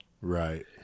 right